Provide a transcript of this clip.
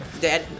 Dad